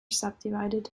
subdivided